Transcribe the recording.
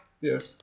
Yes